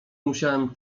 musiałem